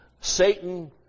Satan